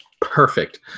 Perfect